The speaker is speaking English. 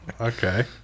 Okay